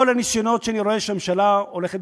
כל הניסיונות שאני רואה שהממשלה הולכת